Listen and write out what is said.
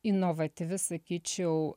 inovatyvi sakyčiau